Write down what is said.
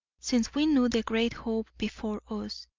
since we knew the great hope before us,